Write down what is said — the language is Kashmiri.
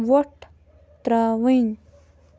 وۄٹھ ترٛاوٕنۍ